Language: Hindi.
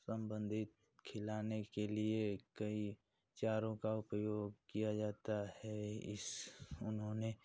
संबंधित खिलाने के लिए कई चारों का उपयोग किया जाता है इस उन्होंने